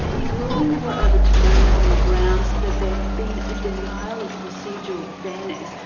his rulings were overturned on the grounds that there had been a denial of procedural fairness,